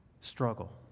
struggle